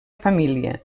família